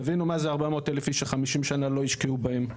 תבינו מה זה 400,000 איש ש-50 שנה לא השקיעו בהם.